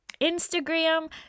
Instagram